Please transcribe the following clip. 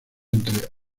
entre